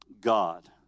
God